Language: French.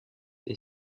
est